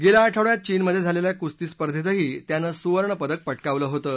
गेल्या आठवड्यात चीनमध्ये झालेल्या कुस्ती स्पर्धेतही त्यानं सुवर्णपदक पटकावलं होतं